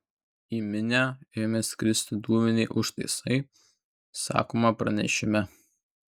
į minią ėmė skristi dūminiai užtaisai sakoma pranešime